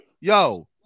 Yo